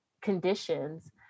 conditions